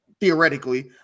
theoretically